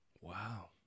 wow